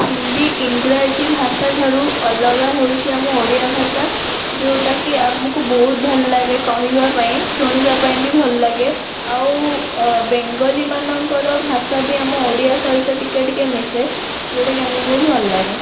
ହିନ୍ଦୀ ଇଂରାଜୀ ଭାଷାଠାରୁ ଅଲଗା ହେଉଛି ଆମ ଓଡ଼ିଆଭାଷା ଯେଉଁଟାକି ଆମକୁ ବହୁତ ଭଲ ଲାଗେ କହିବା ପାଇଁ ଶୁଣିବା ପାଇଁ ବି ଭଲ ଲାଗେ ଆଉ ଅ ବେଙ୍ଗଲୀ ମାନଙ୍କର ଭାଷା ବି ଆମ ଓଡ଼ିଆ ସହିତ ଟିକିଏ ଟିକିଏ ମିଶେ ଯେଉଁଟାକି ଆମୁକୁ ବହୁତ ଭଲ ଲାଗେ